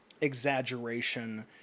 exaggeration